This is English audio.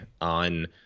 on